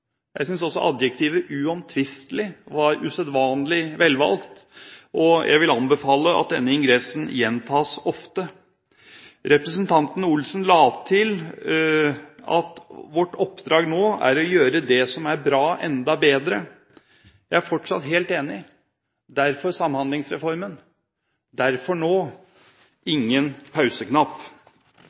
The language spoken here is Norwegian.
Jeg synes også adjektivet «uomtvistelig» var usedvanlig velvalgt, og jeg vil anbefale at denne ingressen gjentas ofte. Representanten Olsen la til at vårt oppdrag nå er å gjøre det som er bra, enda bedre. Jeg er fortsatt helt enig: Derfor Samhandlingsreformen – derfor nå ingen pauseknapp.